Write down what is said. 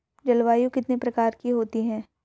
जलवायु कितने प्रकार की होती हैं?